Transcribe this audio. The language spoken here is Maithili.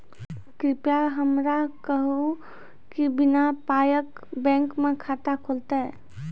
कृपया हमरा कहू कि बिना पायक बैंक मे खाता खुलतै?